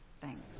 Thanks